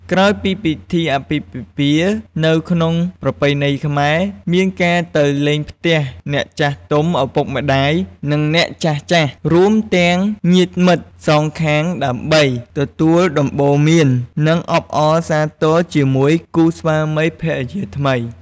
ក្រោយពិធីរៀបអាពាហ៍ពិពាហ៍ នៅក្នុងប្រពៃណីខ្មែរ មានការទៅលេងផ្ទះអ្នកចាស់ទុំ ឪពុកម្តាយ និងអ្នកចាស់ៗ រួមទាំងញាតិមិត្តសងខាង ដើម្បី ទទួលដំបូន្មាន និងអបអរសាទរជាមួយគូស្វាមីភរិយាថ្មី។